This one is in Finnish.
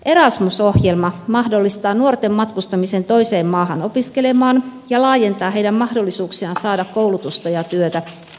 erasmus ohjelma mahdollistaa nuorten matkustamisen toiseen maahan opiskelemaan ja laajentaa heidän mahdollisuuksiaan saada koulutusta ja työtä